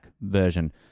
version